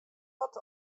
moat